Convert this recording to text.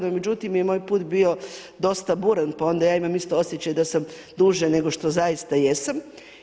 No, međutim, je moj put bio dosta buran, pa onda ja imam isto osjećaj da sam duže nego što zaista jesam.